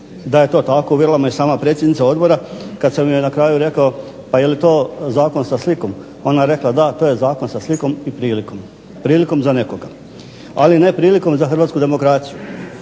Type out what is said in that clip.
Da je to tako uvjerila me i predsjednica Odbora kada sam joj na kraju rekao je li to Zakon sa slikom, ona je rekla da je to Zakon sa slikom i prilikom. Prilikom za nekoga. Ali ne prilikom za Hrvatsku demokraciju.